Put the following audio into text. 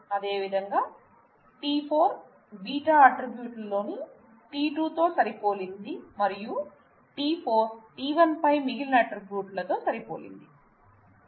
అదేవిధంగా t4 β ఆట్రిబ్యూట్లు లోని t2 తో సరిపోలింది లు మరియు t4 t1 పై మిగిలిన ఆట్రిబ్యూట్లు తో సరిపోలింది